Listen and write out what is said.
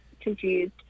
confused